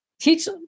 teach